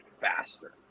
faster